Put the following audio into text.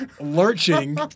Lurching